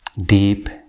deep